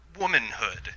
womanhood